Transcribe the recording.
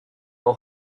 know